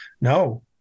no